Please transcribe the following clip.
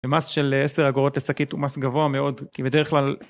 ומס של עשר אגורות לשקית הוא מס גבוה מאוד, כי בדרך כלל...